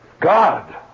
God